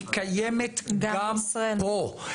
היא קיימת גם פה.